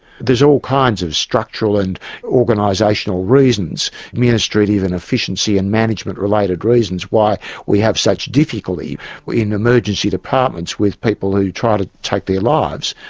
there's all kinds of structural and organisational reasons administrative, and efficiency and management related reasons why we have such difficulty in emergency departments with people who try to take their lives,